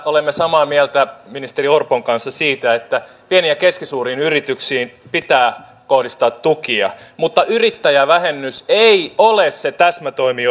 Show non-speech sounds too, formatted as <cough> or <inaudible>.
olemme samaa mieltä ministeri orpon kanssa siitä että pieni ja keskisuuriin yrityksiin pitää kohdistaa tukia mutta yrittäjävähennys josta hän puhuu ei ole se täsmätoimi <unintelligible>